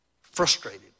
frustrated